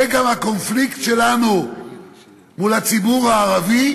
זה גם הקונפליקט שלנו מול הציבור הערבי,